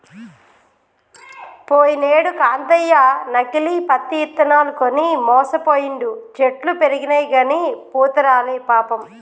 పోయినేడు కాంతయ్య నకిలీ పత్తి ఇత్తనాలు కొని మోసపోయిండు, చెట్లు పెరిగినయిగని పూత రాలే పాపం